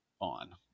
on